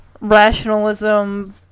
rationalism